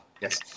Yes